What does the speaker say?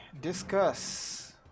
discuss